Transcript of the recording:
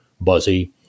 Buzzy